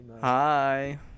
Hi